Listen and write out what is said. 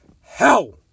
hell